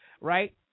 right